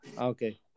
Okay